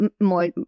more